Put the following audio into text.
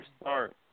start